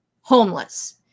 homeless